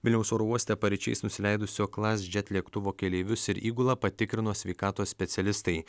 vilniaus oro uoste paryčiais nusileidusio klasjet lėktuvo keleivius ir įgulą patikrino sveikatos specialistai